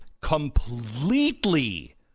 completely